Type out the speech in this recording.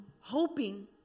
hoping